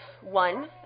one